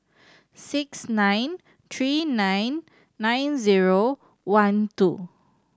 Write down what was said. six nine three nine nine zero one two